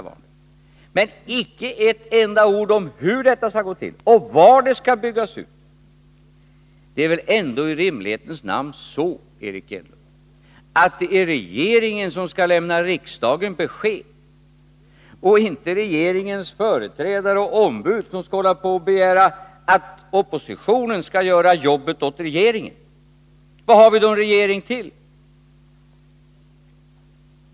Men det sägs icke ett enda ord om hur detta skall gå till och var det skall byggas ut. Det är väl ändå i rimlighetens namn så, Eric Enlund, att det är regeringen som skall lämna riksdagen besked och inte så att regeringens företrädare och ombud skall begära att oppositionen skall göra jobbet åt regeringen. Vad har vi annars en regering till?